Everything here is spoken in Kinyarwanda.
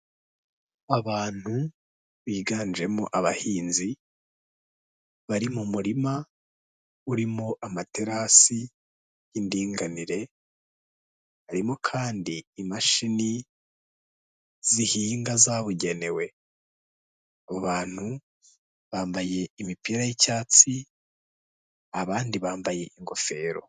Abantu biganjemo abahinzi bari mu murima urimo amaterasi y'indinganire, harimo kandi imashini zihinga zabugenewe, abo bantu bambaye imipira y'icyatsi abandi bambaye ingofero.